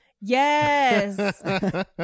Yes